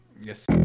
yes